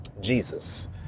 jesus